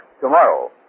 tomorrow